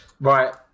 right